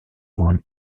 won